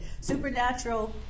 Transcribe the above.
supernatural